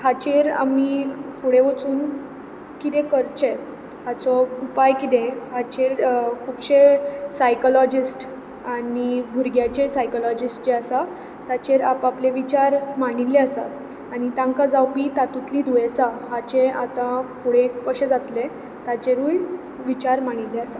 हाचेर आमी फुडें वचून कितें करचें हाचो उपाय कितें हाचेर खुबशे सायकलोजिस्ट आनी भुरग्यांचे सायकलोजिस्ट जे आसा ताचेर आप आपले विचार मांडिल्ले आसात आनी तांकां जावपी तांतुंतलीं दुयेंसां हाचें आतां फुडें कशें जातलें ताचेरूय विचार मांडिल्ले आसा